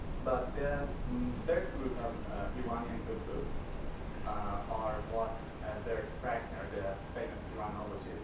but the third group of iranian cookbooks are what and bert fragner, the famous iranologist